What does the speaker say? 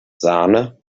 sahne